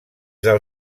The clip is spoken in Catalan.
del